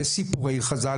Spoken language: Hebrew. בסיפורי חז"ל,